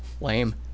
Lame